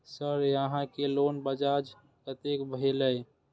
Sir यहां के loan ब्याज कतेक भेलेय?